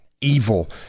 evil